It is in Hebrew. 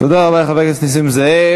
תודה רבה לחבר הכנסת נסים זאב.